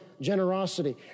generosity